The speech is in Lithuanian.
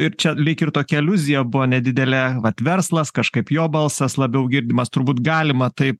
ir čia lyg ir tokia aliuzija buvo nedidelė vat verslas kažkaip jo balsas labiau girdimas turbūt galima taip